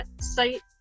site